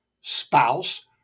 spouse